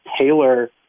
tailor